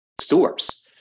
stores